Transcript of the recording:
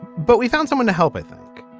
but we found someone to help i think.